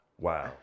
wow